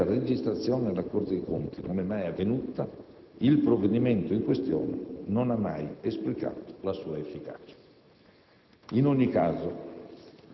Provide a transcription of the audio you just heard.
Dal momento, quindi, che la predetta registrazione alla Corte dei conti non è mai avvenuta, il provvedimento in questione non ha mai esplicato la sua efficacia.